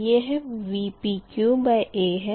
यह है ypqa है